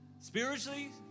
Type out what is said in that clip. Spiritually